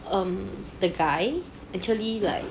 um the guy actually like